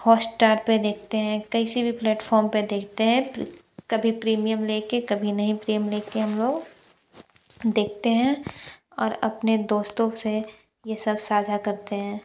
हॉस्टार पर देखतें हैं किसी भी प्लेटफॉर्म पर देखतें हैं कभी प्रीमियम लेकर कभी नहीं प्रीमियम लेकर हम लोग देखतें हैं और अपने दोस्तों से यह सब साझा करते हैं